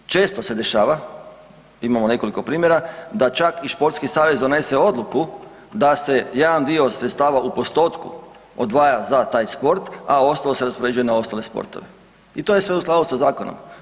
Često se dešava, imamo nekoliko primjera, da čak i športski savez donese odluku da se jedan dio sredstva, u postotku, odvaja za taj sport, a ostalo se raspoređuje na ostale sportove i to je sve u skladu sa zakonom.